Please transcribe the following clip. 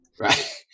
right